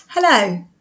Hello